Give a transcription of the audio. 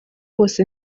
bose